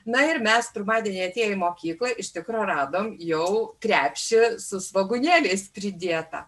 na ir mes pirmadienį atėję į mokyklą iš tikro radom jau krepšį su svogūnėliais pridėtą